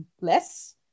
less